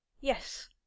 Yes